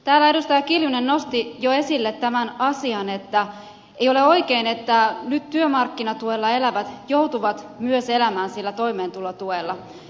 täällä edustaja kiljunen nosti jo esille tämän asian että ei ole oikein että nyt työmarkkinatuella elävät joutuvat myös elämään sillä toimeentulotuella